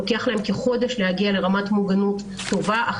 להגיע לרמת מוגנות טובה,